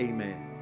Amen